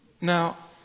Now